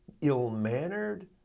ill-mannered